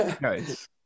Nice